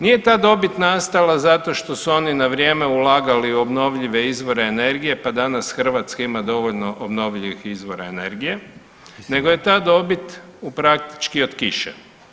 Nije ta dobit nastala zato što su oni na vrijeme ulagali u obnovljive izvore energije, pa danas Hrvatska ima dovoljno obnovljivih izvora energije, nego je ta dobit praktički od kiše.